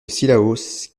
cilaos